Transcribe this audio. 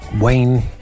Wayne